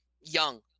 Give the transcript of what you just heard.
young